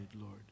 Lord